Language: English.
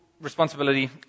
Responsibility